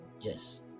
Yes